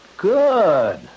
Good